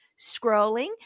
scrolling